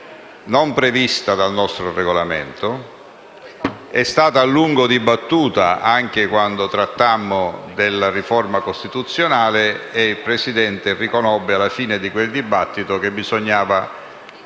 non prevista dal nostro Regolamento, che è stata a lungo dibattuta anche quando trattammo della riforma costituzionale. In quella occasione, il Presidente riconobbe, alla fine del dibattito, che bisognava